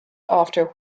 after